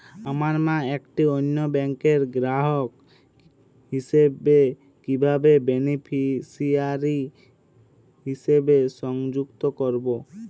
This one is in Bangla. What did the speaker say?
আমার মা একটি অন্য ব্যাংকের গ্রাহক হিসেবে কীভাবে বেনিফিসিয়ারি হিসেবে সংযুক্ত করব?